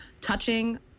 touching